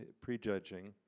prejudging